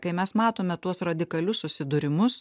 kai mes matome tuos radikalius susidūrimus